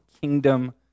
kingdom